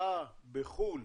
השקעה בחו"ל